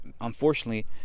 Unfortunately